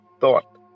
thought